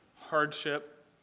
hardship